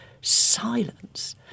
silence